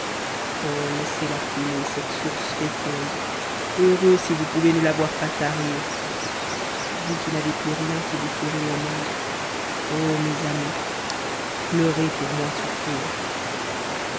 oh laissez-la couler cette source féconde heureux si vous pouvez ne la voir pas tarir vous qui n'avez plus rien qui vous sourie au monde oh mes amis pleurez pour moins souffrir